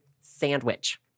sandwich